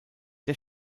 der